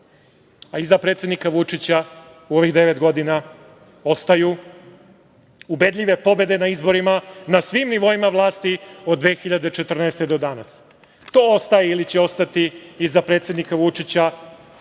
predsednika Vučića u ovih devet godina ostaju ubedljive pobede na izborima na svim nivoima vlasti od 2014. godine do danas. To ostaje ili će ostati iza predsednika Vučića,